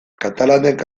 katalanek